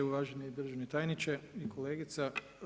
Uvaženi državni tajniče i kolegica.